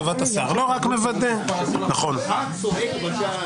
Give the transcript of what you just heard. מבטל את חוק המגבילה את תוקפו,